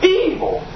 evil